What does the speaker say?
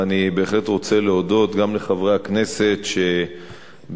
אני בהחלט רוצה להודות גם לחברי הכנסת שבהירשמם